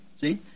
See